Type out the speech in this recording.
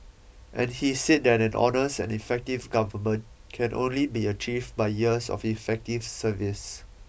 and he said that an honest and effective government can only be achieved by years of effective service